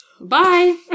Bye